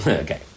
Okay